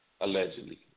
Allegedly